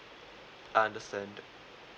understand